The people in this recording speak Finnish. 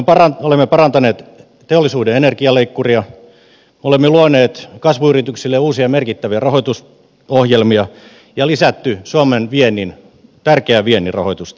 me olemme parantaneet teollisuuden energialeikkuria olemme luoneet kasvuyrityksille uusia merkittäviä rahoitusohjelmia ja lisänneet suomen tärkeän viennin rahoitusta